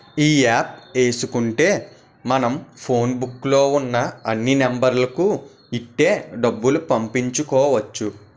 ఈ యాప్ ఏసుకుంటే మనం ఫోన్ బుక్కు లో ఉన్న అన్ని నెంబర్లకు ఇట్టే డబ్బులు పంపుకోవచ్చు